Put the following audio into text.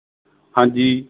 ਹਾਂਜੀ